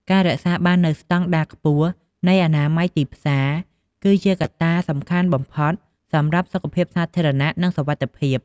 ការរក្សាបាននូវស្តង់ដារខ្ពស់នៃអនាម័យទីផ្សារ គឺជាកត្តាសំខាន់បំផុតសម្រាប់សុខភាពសាធារណៈ និងសុវត្ថិភាព។